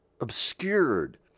obscured